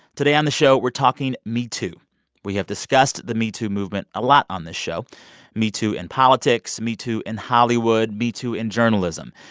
today on the show, we're talking metoo. we have discussed the metoo movement a lot on this show metoo in politics, metoo in hollywood, metoo in journalism,